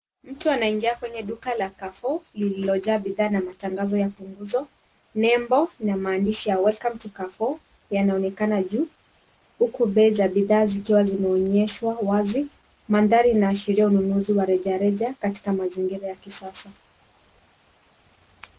Mtu anaingia kwenye duka la kafu lilojaa bidhaa na matangazo ya punguzo, nembo na maandishi ya welcome to kafu yanaonekana juu huku bei za bidhaa zikiwa zimeonyeshwa wazi. Mandhari inaashiria ununuzi wa rejareja katika mazingira ya kisasa.